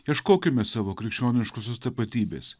ieškokime savo krikščioniškosios tapatybės